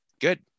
good